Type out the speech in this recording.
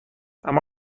اما